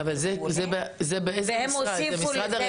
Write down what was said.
והם הוסיפו לזה מסוכנות.